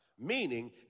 Meaning